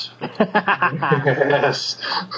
Yes